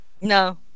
No